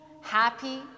happy